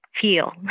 feel